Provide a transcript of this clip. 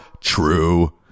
True